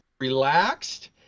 relaxed